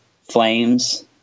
flames